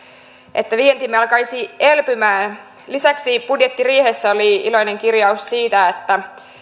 että vientimme alkaisi elpymään lisäksi budjettiriihessä oli iloinen kirjaus siitä että